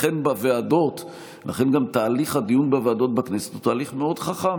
לכן גם תהליך הדיון בוועדות הכנסת הוא תהליך מאוד חכם,